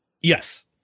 Yes